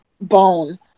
bone